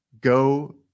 go